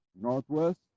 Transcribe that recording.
Northwest